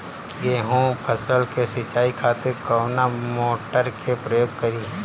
गेहूं फसल के सिंचाई खातिर कवना मोटर के प्रयोग करी?